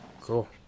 Cool